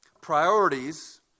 Priorities